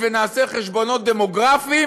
ונעשה חשבונות דמוגרפיים